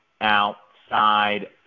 outside